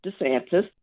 DeSantis